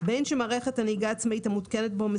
בין שמערכת הנהיגה העצמאית המותקנת בו,